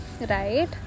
right